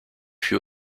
fut